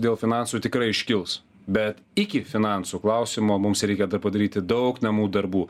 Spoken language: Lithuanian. dėl finansų tikrai iškils bet iki finansų klausimo mums reikia padaryti daug namų darbų